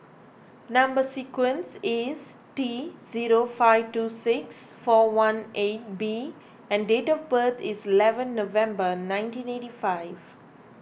Number Sequence is T zero five two six four one eight B and date of birth is eleven November nineteen eighty five